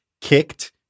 kicked